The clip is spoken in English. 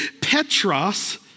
Petros